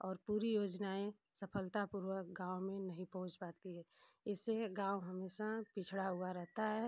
और पूरी योजनाएँ सफलता पूर्वक गाँव में नहीं पहुँच पाती है इससे गाँव हमेशा पिछड़ा हुआ रहता है